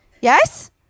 Yes